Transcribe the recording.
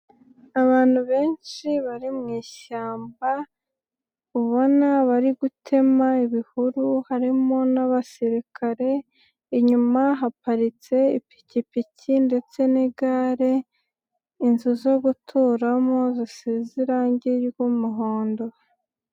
Abantu benshi bari mu ishyamba, ubona bari gutema ibihuru harimo n'abasirikare, inyuma haparitse ipikipiki ndetse n'igare, inzu zo guturamo zisize irangi ry'umuhondo.